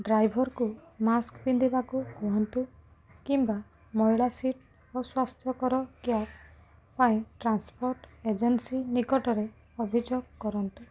ଡ୍ରାଇଭର୍କୁ ମାସ୍କ ପିନ୍ଧିବାକୁ କୁହନ୍ତୁ କିମ୍ବା ମଇଳା ସିଟ୍ ଓ ସ୍ଵାସ୍ଥ୍ୟକର କ୍ୟାପ୍ ପାଇଁ ଟ୍ରାନ୍ସପୋର୍ଟ ଏଜେନ୍ସି ନିକଟରେ ଅଭିଯୋଗ କରନ୍ତୁ